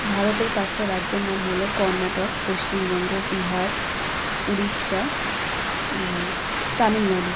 ভারতের পাঁচটা রাজ্যের নাম হলো কর্ণাটক পশ্চিমবঙ্গ বিহার উড়িষ্যা তামিলনাড়ু